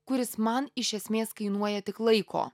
kuris man iš esmės kainuoja tik laiko